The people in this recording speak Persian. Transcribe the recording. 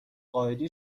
قائدی